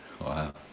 Wow